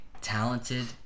talented